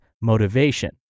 motivation